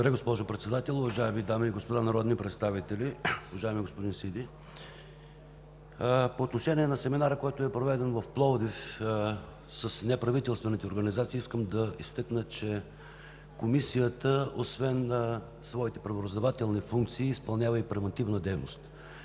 госпожо Председател. Уважаеми дами и господа народни представители! Уважаеми господин Сиди, по отношение на семинара, който е проведен в Пловдив с неправителствените организации, искам да изтъкна, че освен своите правораздавателни функции Комисията изпълнява и превантивна дейност.